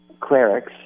clerics